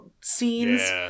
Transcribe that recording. scenes